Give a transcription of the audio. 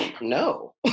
no